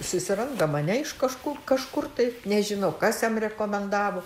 susiranda mane iš kažkur kažkur tai nežinau kas jam rekomendavo